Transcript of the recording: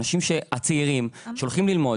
אנשים צעירים שהולכים ללמוד,